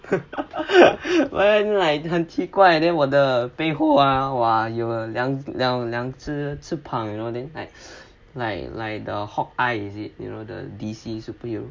damn like 很奇怪 then 我的背后 ah !wah! 有两两两只翅膀 you know then like like like the hawk eye is it you know the D_C superhero